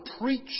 preach